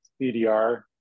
CDR